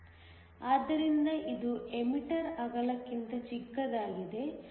ಆದ್ದರಿಂದ ಇದು ಎಮಿಟರ್ ಅಗಲಕ್ಕಿಂತ ಚಿಕ್ಕದಾಗಿದೆ